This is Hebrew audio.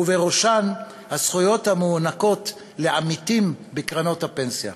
ובראשן הזכויות המוענקות לעמיתים בקרנות הפנסיה.